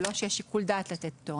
ולא שיש שיקול דעת לתת פטור.